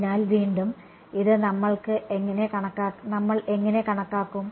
അതിനാൽ വീണ്ടും ഇത് നമ്മൾ എങ്ങനെ കണക്കാക്കും